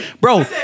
Bro